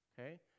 okay